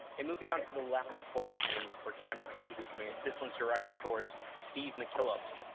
and moving on to the last question for campus engagement, this one's directed towards steve mckellips.